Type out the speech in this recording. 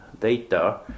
data